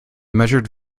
measured